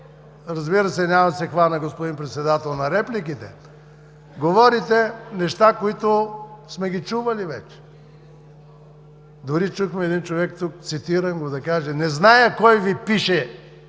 разбира се, няма да се хвана, господин Председател, на репликите – говорите неща, които сме чували вече. Дори чухме тук един човек, цитирам го: „Не зная кой Ви пише